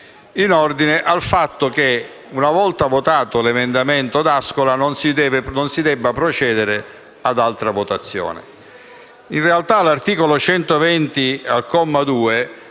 in ordine al fatto che, una volta votato l'emendamento D'Ascola, non si debba procedere ad altra votazione. In realtà, l'articolo 120, comma 2,